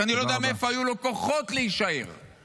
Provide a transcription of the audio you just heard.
שאני לא יודע מאיפה היו לו כוחות להישאר -- תודה רבה.